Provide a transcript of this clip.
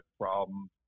problems